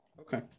okay